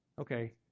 Okay